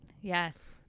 Yes